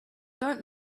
don’t